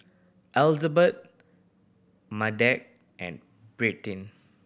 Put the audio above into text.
Elizebeth Madge and